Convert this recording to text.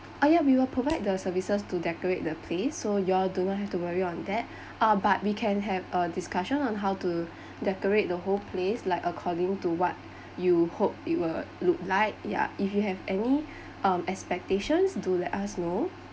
ah yeah we will provide the services to decorate the place so you all do not have to worry on that ah but we can have a discussion on how to decorate the whole place like according to what you hope it will look like yeah if you have any um expectations do let us know